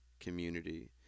community